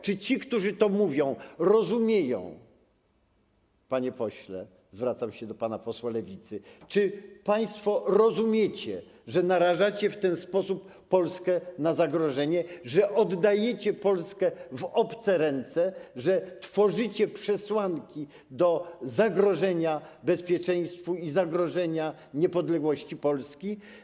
Czy ci, którzy to mówią, rozumieją - panie pośle, zwracam się do pana posła z Lewicy - czy państwo rozumiecie, że narażacie w ten sposób Polskę na zagrożenie, że oddajecie Polskę w obce ręce, że tworzycie przesłanki do zagrożenia bezpieczeństwu i niepodległości Polski?